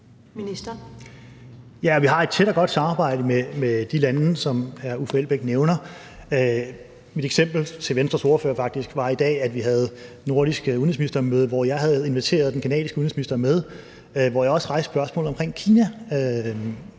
vi har et tæt og godt samarbejde med de lande, som hr. Uffe Elbæk nævner. Mit eksempel til Venstres ordfører i dag var faktisk, at vi havde nordisk udenrigsministermøde, hvor jeg havde inviteret den canadiske udenrigsminister med, og hvor jeg også rejste spørgsmålet om Kina